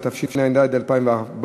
התשע"ה 2014,